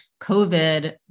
COVID